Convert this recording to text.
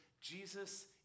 Jesus